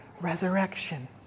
resurrection